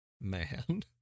man